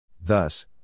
Thus